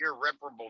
irreparable